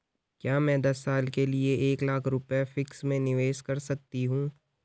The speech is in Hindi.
क्या मैं दस साल के लिए एक लाख रुपये फिक्स में निवेश कर सकती हूँ?